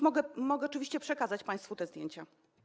Mogę oczywiście przekazać państwu te zdjęcia.